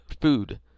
food